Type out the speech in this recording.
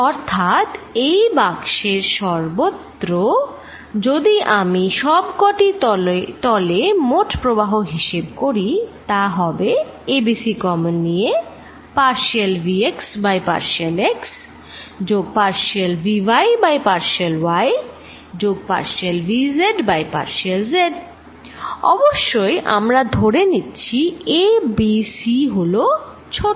অর্থাৎ এই বাক্সের সর্বত্র যদি আমি সব কটি তলে মোট প্রবাহ হিসেব করি তা হবে a b c কমন নিয়ে partial vx by partial x যোগ partial vy by partial y যোগ partial vz by partial z অবশ্যই আমরা ধরে নিচ্ছি a b c হলো ছোট